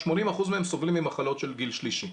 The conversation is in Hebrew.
80% מהם סובלים ממחלות של גיל שלישי,